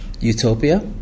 Utopia